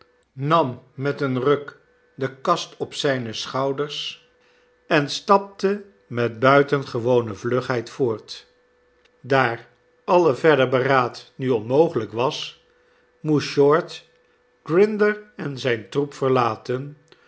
nam met een ruk de kast op zijne schouders en stapte met buitengewone vlugheid voort daar alle verder beraad nu onmogelijk was moest short grinder en zijn troep verlaten